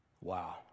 Wow